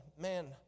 man